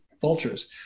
vultures